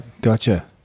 gotcha